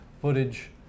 footage